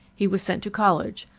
he was sent to college,